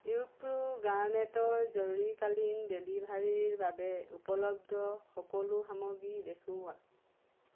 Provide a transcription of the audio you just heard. ৱিপ্ৰো গাৰ্নেটৰ জৰুৰীকালীন ডেলিভাৰীৰ বাবে উপলব্ধ সকলো সামগ্ৰী দেখুওৱা